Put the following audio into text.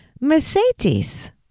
Mercedes